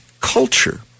culture